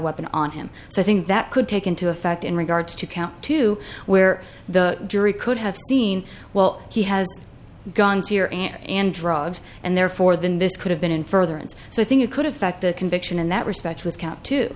weapon on him so i think that could take into effect in regards to count two where the jury could have seen well he has guns here and drugs and therefore than this could have been in furtherance so i think it could affect the conviction in that respect with c